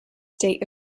state